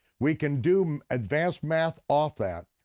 we can do advanced math off that,